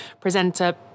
presenter